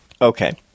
okay